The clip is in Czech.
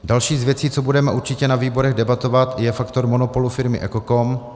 Další z věcí, co budeme určitě na výborech debatovat, je faktor monopolu firmy EKOKOM.